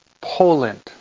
Poland